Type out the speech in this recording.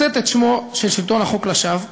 לשאת את שמו של שלטון החוק לשווא,